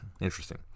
interesting